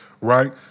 right